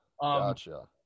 Gotcha